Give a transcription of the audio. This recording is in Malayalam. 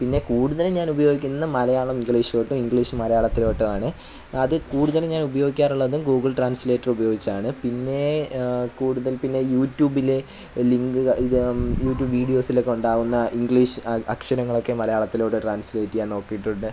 പിന്നെ കൂടുതലും ഞാൻ ഉപയോഗിക്കുന്നത് മലയാളം ഇംഗ്ലീഷിലോട്ടും ഇംഗ്ലീഷ് മലയാളത്തിലോട്ടും ആണ് അത് കൂടുതൽ ഞാൻ ഉപയോഗിക്കാറുള്ളതും ഗൂഗിൾ ട്രാൻസ്ലേറ്ററുപയോഗിച്ചാണ് പിന്നെ കൂടുതൽ പിന്നെ യൂട്യൂബിലെ ലിങ്ക് യൂട്യൂബ് വീഡിയോസിലൊക്കെ ഉണ്ടാവുന്ന ഇംഗ്ലീഷ് അക്ഷരങ്ങളൊക്കെ മലയാളത്തിലോട്ട് ട്രാൻസ്ലേറ്റ് ചെയ്യാൻ നോക്കിയിട്ടുണ്ട്